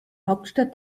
hauptstadt